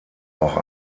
auch